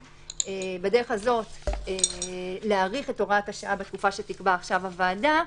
ובדרך הזאת להאריך את הוראת השעה בתקופה שתקבע עכשיו הוועדה.